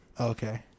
Okay